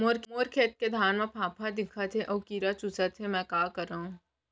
मोर खेत के धान मा फ़ांफां दिखत हे अऊ कीरा चुसत हे मैं का करंव?